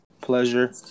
Pleasure